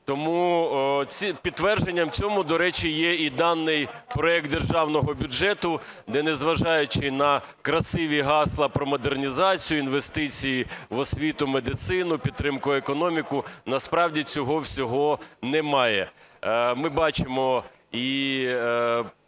немає. Підтвердженням цього, до речі, є і даний проект Державного бюджету, де незважаючи на красиві гасла про модернізацію, інвестиції в освіту, медицину, підтримку економіки, насправді всього цього немає. Ми бачимо і